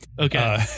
Okay